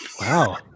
Wow